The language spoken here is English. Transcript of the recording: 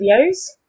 videos